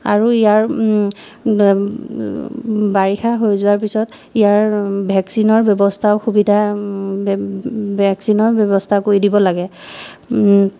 আৰু ইয়াৰ বাৰিষা হৈ যোৱাৰ পিছত ইয়াৰ ভেকচিনৰ ব্যৱস্থাও সুবিধা ভেকচিনৰ ব্যৱস্থা কৰি দিব লাগে